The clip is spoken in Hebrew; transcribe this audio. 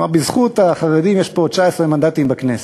כלומר, בזכות החרדים יש לו 19 מנדטים בכנסת.